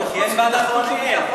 כי אין ועדת חוץ וביטחון.